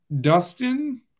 Dustin